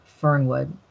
Fernwood